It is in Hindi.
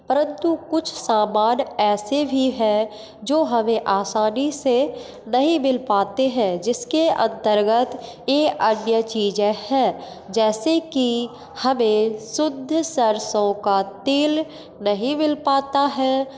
परंतु कुछ सामान ऐसे भी हैं जो हमें आसानी से नहीं मिल पाते हैं जिसके अंतर्गत यह अन्य चीज़ें हैं जैसे कि हमें शुद्ध सरसों का तेल नहीं मिल पाता है